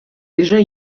déjà